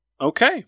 Okay